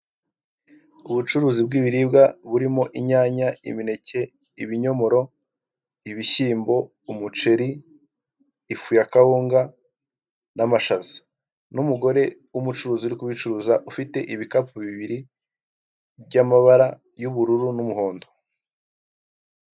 Ubucuruzi bw'ibiribwa burimo inyanya imineke, ibinyomoro, ibishyimbo, umuceri ifu ya kawunga, n'amashaza, n'umugore w'umucuruzi uri kubicuruza ufite ibikapu bibiri by'amabara y'ubururu n'umuhondo.